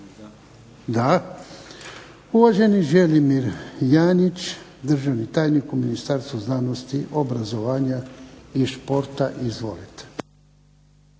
Uvaženi Želimir Janjić, državni tajnik u Ministarstvu znanosti, obrazovanja i športa. Izvolite.